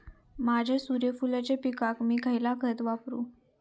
माझ्या सूर्यफुलाच्या पिकाक मी खयला खत वापरू?